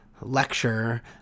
lecture